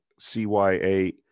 CYA